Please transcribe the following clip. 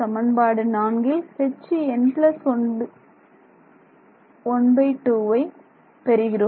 சமன்பாடு நான்கில் Hn12ஐ பெறுகிறோம்